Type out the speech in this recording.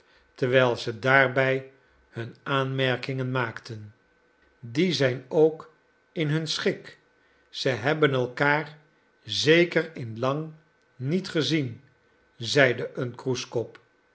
terwijl ze daarbij hun aanmerkingen maakten die zijn ook in hun schik ze hebben elkaar zeker in lang niet gezien zeide een kroeskop